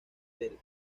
del